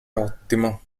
ottimo